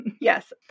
Yes